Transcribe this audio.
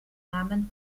namen